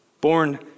born